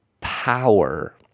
power